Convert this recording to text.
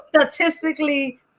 statistically